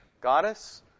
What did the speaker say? goddess